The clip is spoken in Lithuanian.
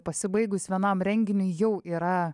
pasibaigus vienam renginiui jau yra